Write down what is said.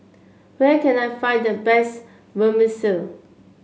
where can I find the best Vermicelli